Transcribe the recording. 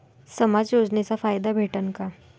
समाज योजनेचा फायदा भेटन का?